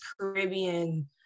caribbean